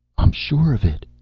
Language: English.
i'm sure of it,